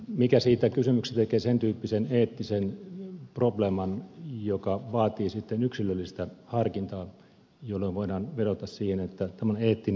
mikä siitä kysymyksestä tekee sen tyyppisen eettisen probleeman joka vaatii sitten yksilöllistä harkintaa jolloin voidaan vedota siihen että tämä on eettinen omantunnonkysymys